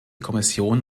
kommission